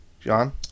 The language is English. John